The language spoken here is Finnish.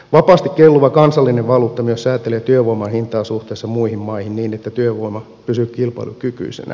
vapaasti kelluva kansallinen valuutta myös säätelee työvoiman hintaa suhteessa muihin maihin niin että työvoima pysyy kilpailukykyisenä